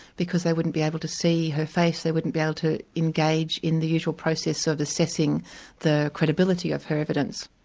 because they wouldn't be able to see her face, they wouldn't be able to engage in the usual process of assessing the credibility of her evidence.